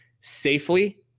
safely